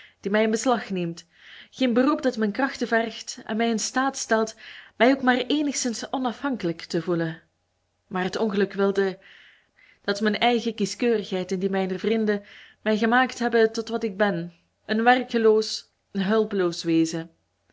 die mij in beslag neemt geen beroep dat mijn krachten vergt en mij in staat stelt mij ook maar eenigszins onafhankelijk te voelen maar het ongeluk wilde dat mijn eigen kieskeurigheid en die mijner vrienden mij gemaakt hebben tot wat ik ben een werkeloos hulpeloos wezen